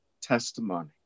testimony